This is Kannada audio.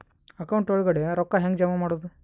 ಅಕೌಂಟ್ ಒಳಗಡೆ ರೊಕ್ಕ ಹೆಂಗ್ ಜಮಾ ಮಾಡುದು?